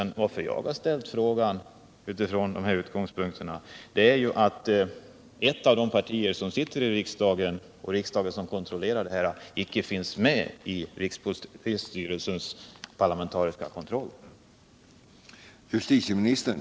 Anledningen till att jag har ställt frågan utifrån dessa utgångspunkter är att ett av de partier som sitter i riksdagen, som kontrollerar säpos verksamhet, icke har någon parlamentarisk representant i rikspolisstyrelsens kontroll.